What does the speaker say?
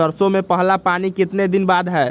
सरसों में पहला पानी कितने दिन बाद है?